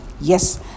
Yes